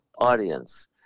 audience